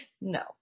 No